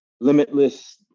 limitless